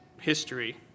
history